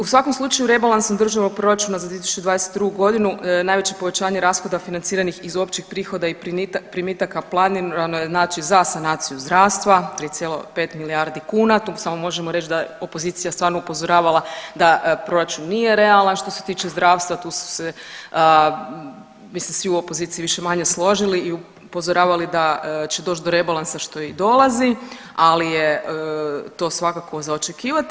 U svakom slučaju rebalansom Državnog proračuna za 2022. g. najveće povećanje rashoda financiranih iz općih prihoda i primitaka planirano je, znači za sanaciju zdravstva, 3,5 milijardi kuna, tu samo možemo reći da opozicija stvarno upozoravala da proračun nije realan što se tiče zdravstva, tu su se, bi se svi u opoziciji više-manje složili i upozoravali da će doći do rebalansa što i dolazi, ali je to svakako za očekivati.